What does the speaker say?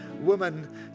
woman